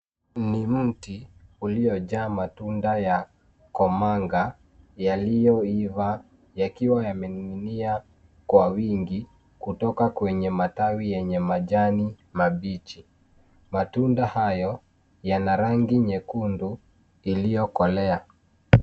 Ni mti uliojaa matunda ya komanga yaliyoiva, yakiwa yamening'inia kwa wingi, kutoka kwenye matawi yenye majani mabichi. Matunda hayo yana rangi nyekundu iliyokolea.